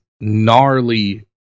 gnarly